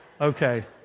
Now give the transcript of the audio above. Okay